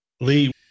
Lee